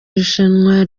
irushanwa